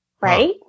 Right